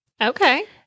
Okay